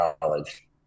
college